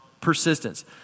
Persistence